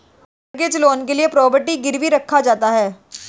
mortgage loan के लिए property गिरवी रखा जाता है